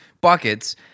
buckets